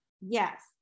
Yes